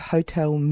Hotel